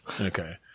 Okay